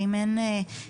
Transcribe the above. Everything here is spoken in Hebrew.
אם אין הצללה,